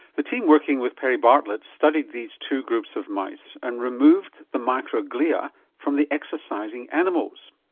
the team working with perry bartlett studied these two groups of mice and removed the microglia from the exercising animals.